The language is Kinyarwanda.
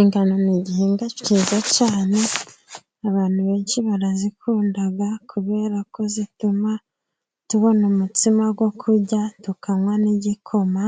Ingano ni gihingwa cyiza cyane, abantu benshi barazikunda kubera ko zituma tubona umutsima wo kurya, tukanywa n'igikoma,